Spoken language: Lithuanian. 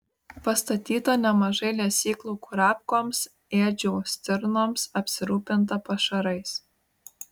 pastatyta nemažai lesyklų kurapkoms ėdžių stirnoms apsirūpinta pašarais